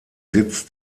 sitz